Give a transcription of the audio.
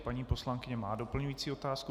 Paní poslankyně má doplňující otázku.